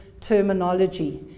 terminology